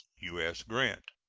u s. grant.